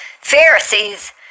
Pharisees